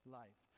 life